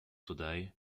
today